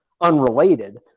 unrelated